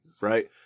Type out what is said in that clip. right